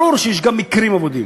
ברור שיש גם מקרים אבודים,